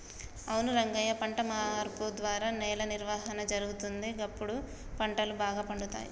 అవును రంగయ్య పంట మార్పు ద్వారా నేల నిర్వహణ జరుగుతుంది, గప్పుడు పంటలు బాగా పండుతాయి